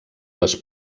les